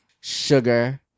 sugar